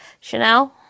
Chanel